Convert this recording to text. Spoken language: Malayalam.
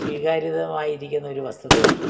സ്വീകാര്യമായി ഇരിക്കുന്ന ഒരു വസ്തുതയാണ്